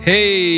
Hey